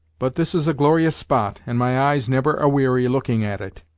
but this is a glorious spot, and my eyes never a-weary looking at it!